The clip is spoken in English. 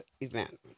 event